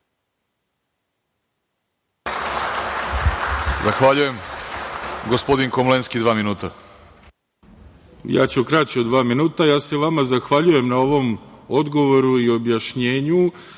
Zahvaljujem. Gospodin Komlenski, dva minuta. **Đorđe Komlenski** Ja ću kraće od dva minuta. Ja se vama zahvaljujem na ovom odgovoru i objašnjenju